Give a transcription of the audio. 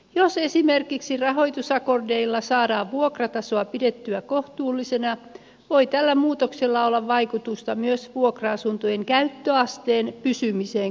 jos esimerkiksi rahoitusakordeilla saadaan vuokratasoa pidettyä kohtuullisena voi tällä muutoksella olla vaikutusta myös vuokra asuntojen käyttöasteen pysymiseen kohtuullisena